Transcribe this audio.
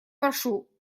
прошу